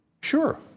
sure